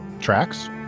tracks